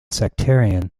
sectarian